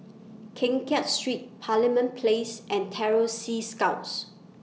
Keng Kiat Street Parliament Place and Terror Sea Scouts